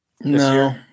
No